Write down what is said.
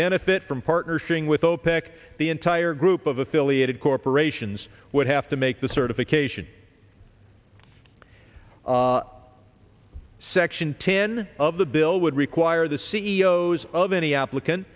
benefit from partnership with opec the entire group of affiliated corporations would have to make the certification section ten of the bill would require the c e o s of any applicant